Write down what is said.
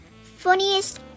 Funniest